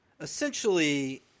Essentially